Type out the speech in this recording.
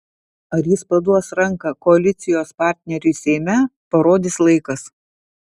ar jis paduos ranką koalicijos partneriui seime parodys laikas